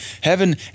heaven